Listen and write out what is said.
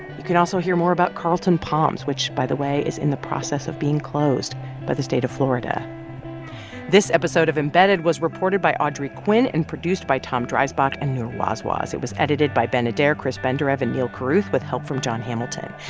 you can also hear more about carlton palms, which, by the way, is in the process of being closed by the state of florida this episode of embedded was reported by audrey quinn and produced by tom dreisbach and noor wazwaz. it was edited by ben adair, chris benderev and neal carruth, with help from jon hamilton.